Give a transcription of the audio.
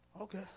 okay